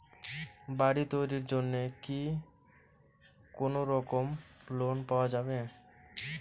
বাড়ি তৈরির জন্যে কি কোনোরকম লোন পাওয়া যাবে?